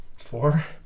Four